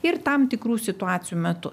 ir tam tikrų situacijų metu